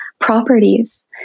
properties